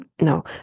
no